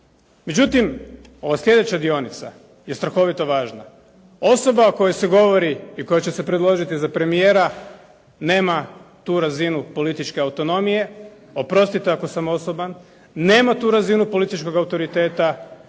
Međutim, ova slijedeća dionica je strahovito važna. Osoba o kojoj se govori i koja će se predložiti za premijera nema tu razinu političke autonomije, oprostite ako sam osoban, nema tu razinu političkog autoriteta.